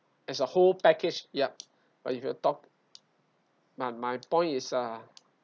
as a whole package yup uh if you talk my my point is uh